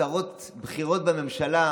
בחירות בממשלה,